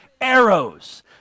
arrows